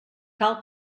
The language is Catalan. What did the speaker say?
cal